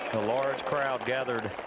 a large crowd gathered.